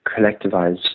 collectivize